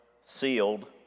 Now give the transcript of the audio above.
sealed